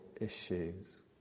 issues